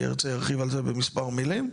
ירצה וירחיב על זה במספר מילים,